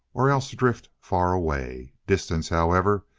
or else drift far away. distance, however,